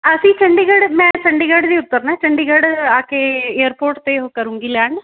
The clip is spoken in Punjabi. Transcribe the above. ਅਸੀਂ ਚੰਡੀਗੜ੍ਹ ਮੈਂ ਚੰਡੀਗੜ੍ਹ ਦੀ ਉਤਰਨਾ ਚੰਡੀਗੜ੍ਹ ਆ ਕੇ ਏਅਰਪੋਰਟ 'ਤੇ ਉਹ ਕਰੂੰਗੀ ਲੈਂਡ